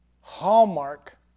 hallmark